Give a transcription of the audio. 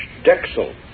Dexel